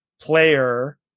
player